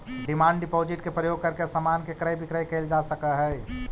demand deposit के प्रयोग करके समान के क्रय विक्रय कैल जा सकऽ हई